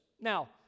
Now